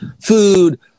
food